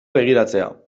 begiratzea